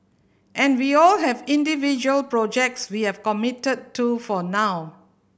and we all have individual projects we have committed to for now